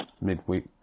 midweek